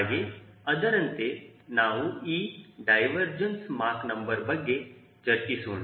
ಹಾಗೆ ಅದರಂತೆ ನಾವು ಈ ಡೈವರ್ಜೆಂಸ ಮಾಕ್ ನಂಬರ್ ಬಗ್ಗೆ ಚರ್ಚಿಸೋಣ